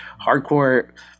hardcore